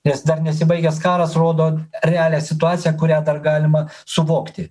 nes dar nesibaigęs karas rodo realią situaciją kurią dar galima suvokti